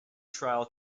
trial